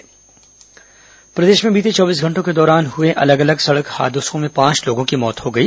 दुर्घटना प्रदेश में बीते चौबीस घंटों के दौरान हुए अलग अलग सड़क हादसों पांच लोगों की मौत हो गई